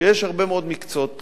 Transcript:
שיש הרבה מאוד מקצועות בחירה.